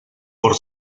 por